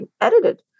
edited